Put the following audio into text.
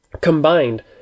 combined